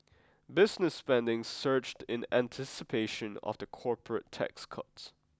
business spending surged in anticipation of the corporate tax cuts